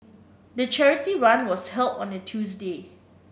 the charity run was held on a Tuesday